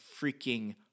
freaking